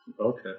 Okay